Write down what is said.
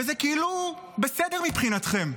וזה כאילו בסדר מבחינתכם.